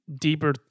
deeper